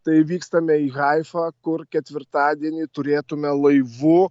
tai vykstame į haifą kur ketvirtadienį turėtume laivu